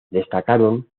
destacaron